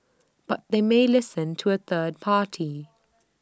but they may listen to A third party